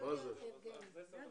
בואו נעשה הפסקה של שתי